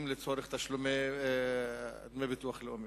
לצורך תשלומי דמי הביטוח הלאומי.